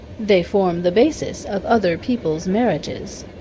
they form the basis of other people's marriages.